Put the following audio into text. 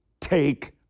take